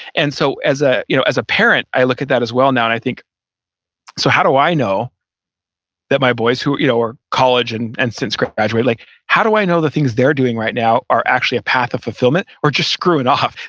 and so a ah you know parent, i look at that as well now and i think so how do i know that my boys who you know are college and and since graduated, like how do i know the things they're doing right now are actually a path of fulfillment or just screwing off?